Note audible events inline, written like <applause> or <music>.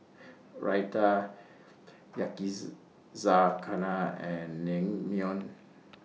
Raita <unintelligible> and Naengmyeon